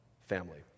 family